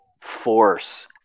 force